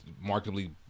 markedly